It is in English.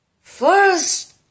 first